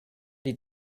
did